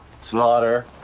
Slaughter